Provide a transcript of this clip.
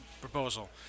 proposal